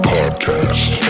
Podcast